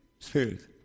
Spirit